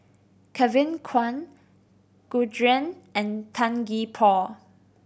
Kevin Kwan Gu Juan and Tan Gee Paw